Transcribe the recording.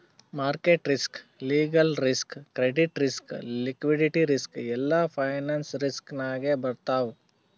market risk, legal risk, credit risk, liquidity risk ಎಲ್ಲಾ finance risk ನಾಗೆ ಬರ್ತಾವ್